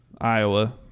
Iowa